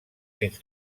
fins